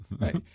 Right